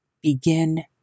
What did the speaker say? begin